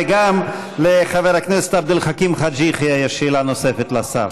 וגם לחבר הכנסת עבד אל חכים חאג' יחיא יש שאלה נוספת לשר.